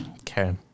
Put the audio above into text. Okay